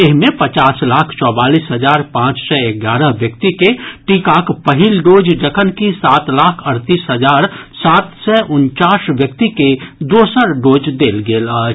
एहि मे पचास लाख चौवालिस हजार पांच सय एगारह व्यक्ति के टीकाक पहिल डोज जखनकि सात लाख अड़तीस हजार सात सय उनचास व्यक्ति केँ दोसर डोज देल गेल अछि